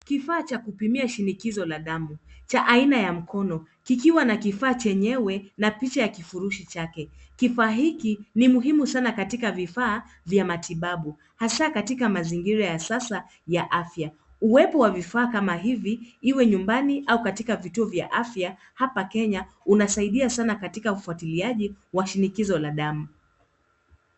Kifaa cha kupimia shinikizo la damu, cha aina ya mkono, kikiwa na kifaa chenyewe na picha ya kifurushi chake. Kifaa hiki ni muhimu sana katika vifaa vya matibabu, hasa katika mazingira ya sasa ya afya. Uwepo wa vifaa kama hivi, iwe nyumbani au katika vito vya afya hapa Kenya unasaidia sana katika ufuatiliaji wa shinikizo la damu.